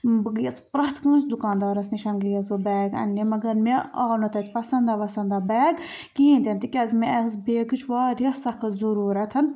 بہٕ گٔیَس پرٛتھ کٲنٛسہِ دُکانٛدارَس نِش گٔیَس بہٕ بیگ اَننہِ مگر مےٚ آو نہٕ تَتہِ پَسَنٛداہ وَسنٛداہ بیگ کِہیٖنٛۍ تہِ نہٕ تِکیٛازِ مےٚ ٲس بیگٕچ واریاہ سخت ضروٗرت